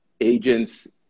agents